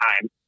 time